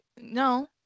No